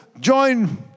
join